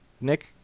Nick